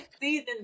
Season